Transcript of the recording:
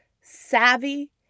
savvy